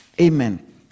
Amen